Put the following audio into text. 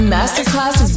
Masterclass